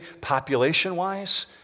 population-wise